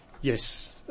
Yes